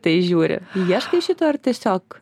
tai žiūri ieškai šito tiesiog